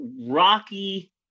rocky